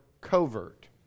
covert